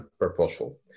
purposeful